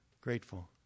grateful